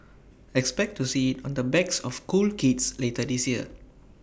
expect to see IT on the backs of cool kids later this year